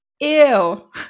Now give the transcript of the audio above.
Ew